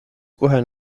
kohe